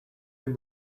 him